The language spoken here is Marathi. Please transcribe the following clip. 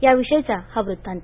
त्याविषयीचा हा वृत्तांत